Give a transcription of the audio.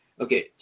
Okay